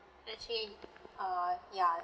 actually err ya